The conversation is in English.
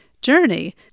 Journey